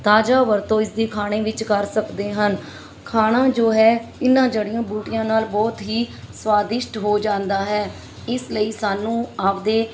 ਤਾਜ਼ਾ ਵਰਤੋਂ ਇਸਦੀ ਖਾਣੇ ਵਿੱਚ ਕਰ ਸਕਦੇ ਹਨ ਖਾਣਾ ਜੋ ਹੈ ਇਹਨਾਂ ਜੜੀਆਂ ਬੂਟੀਆਂ ਨਾਲ ਬਹੁਤ ਹੀ ਸਵਾਦਿਸ਼ਟ ਹੋ ਜਾਂਦਾ ਹੈ ਇਸ ਲਈ ਸਾਨੂੰ ਆਪਦੇ